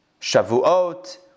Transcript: Shavuot